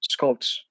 sculpts